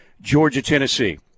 Georgia-Tennessee